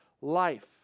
life